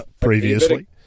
previously